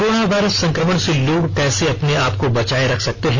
corona virus संकमण से लोग कैसे अपने आप को बचाए रख सकते है